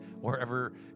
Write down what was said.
wherever